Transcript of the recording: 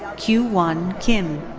kyu won kim.